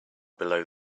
below